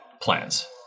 plans